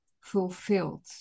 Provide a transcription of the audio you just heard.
fulfilled